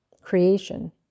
creation